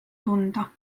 tunda